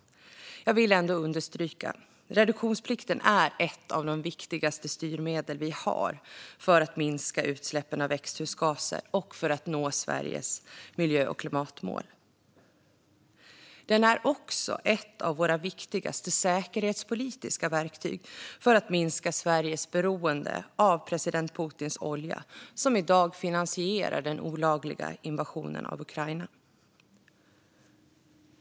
Jag vill ändå understryka att reduktionsplikten är ett av de viktigaste styrmedlen vi har för att minska utsläppen av växthusgaser och för att nå Sveriges miljö och klimatmål. Den är också ett av våra viktigaste säkerhetspolitiska verktyg för att minska Sveriges beroende av president Putins olja, som i dag finansierar den olagliga invasionen av Ukraina.